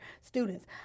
students